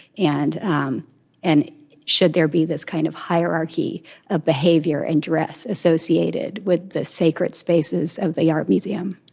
and um and should there be this kind of hierarchy of behavior and dress associated with the sacred spaces of the art museum?